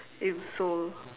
in Seoul